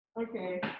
Okay